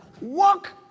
walk